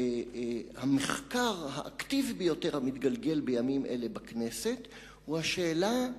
והמחקר האקטיבי ביותר המתגלגל בימים אלה בכנסת הוא השאלה: